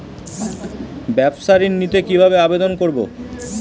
ব্যাবসা ঋণ নিতে কিভাবে আবেদন করব?